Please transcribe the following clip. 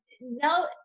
no